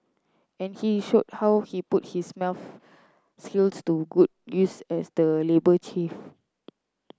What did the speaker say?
and he showed how he put his maths skills to good use as the labour chief